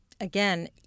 again